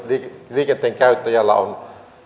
liikenteen käyttäjällä on